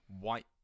white